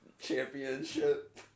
championship